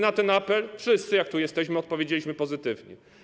Na ten apel, wszyscy, jak tu jesteśmy, odpowiedzieliśmy pozytywnie.